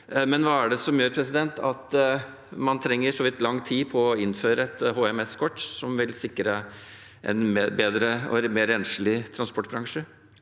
men hva er det som gjør at man trenger så lang tid på å innføre et HMS-kort som vil sikre en bedre og mer renslig transportbransje?